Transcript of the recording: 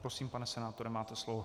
Prosím, pane senátore, máte slovo.